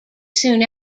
soon